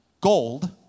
Gold